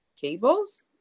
cables